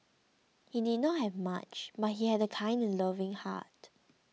he did not have much but he had a kind and loving heart